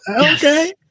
Okay